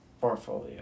portfolio